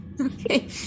Okay